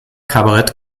kabarett